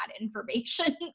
information